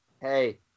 hey